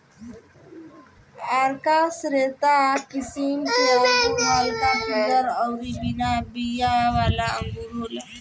आरका श्वेता किस्म के अंगूर हल्का पियर अउरी बिना बिया वाला अंगूर होला